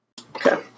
Okay